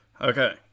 Okay